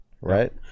right